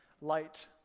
light